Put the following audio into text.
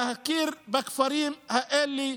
להכיר בכפרים האלה,